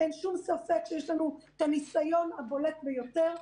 אין שום ספק שיש לנו את הניסיון הבולט ביותר,